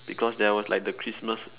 because there was like the christmas